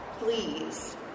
Please